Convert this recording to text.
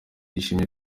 yishimiye